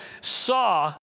saw